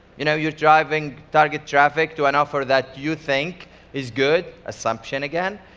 you know you're driving target traffic to an offer that you think is good, assumption again,